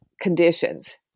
conditions